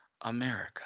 America